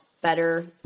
better